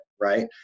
right